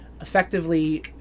effectively